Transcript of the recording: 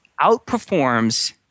outperforms